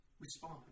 respond